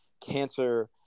cancer